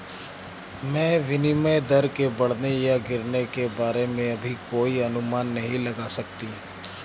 मैं विनिमय दर के बढ़ने या गिरने के बारे में अभी कोई अनुमान नहीं लगा सकती